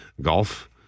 golf